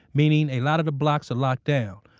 meaning a lot of the blocks are locked down.